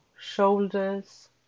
shoulders